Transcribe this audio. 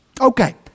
Okay